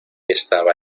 estaba